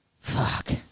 Fuck